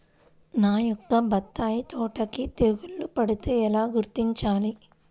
నా యొక్క బత్తాయి తోటకి తెగులు పడితే ఎలా గుర్తించాలి?